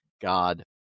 God